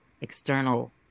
external